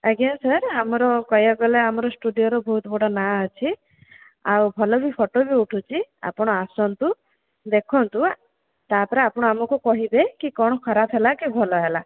ଆଜ୍ଞା ସାର୍ ଆମର କହିବାକୁ ଗଲେ ଆମର ସ୍ଟୁଡ଼ିଓର ବହୁତ ବଡ଼ ନାଁ ଅଛି ଆଉ ଭଲ ବି ଫଟୋ ବି ଉଠୁଛି ଆପଣ ଆସନ୍ତୁ ଦେଖନ୍ତୁ ତାପରେ ଆପଣ ଆମକୁ କହିବେ କି କ'ଣ ଖରାପ ହେଲା କି ଭଲ ହେଲା